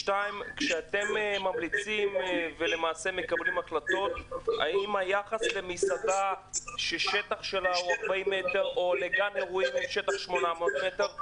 שאלה נוספת: האם היחס למסעדה בשטח של 40 מטר לאולם של 800 מטר הוא זהה?